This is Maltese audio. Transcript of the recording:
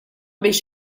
biex